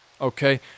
okay